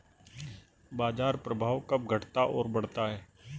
बाजार प्रभाव कब घटता और बढ़ता है?